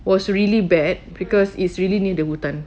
was really bad because it's really near the hutan